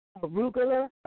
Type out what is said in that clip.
arugula